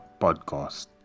podcast